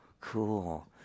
cool